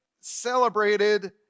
celebrated